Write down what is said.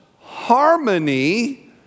harmony